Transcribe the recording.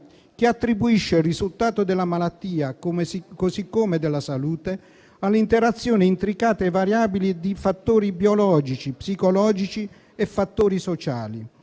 che attribuisce il risultato della malattia, così come della salute, all'interazione intricata e variabile di fattori biologici, psicologici e sociali.